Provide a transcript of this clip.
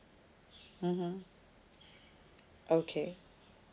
mmhmm okay